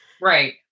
Right